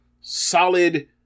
solid